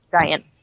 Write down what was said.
giant